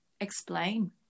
explain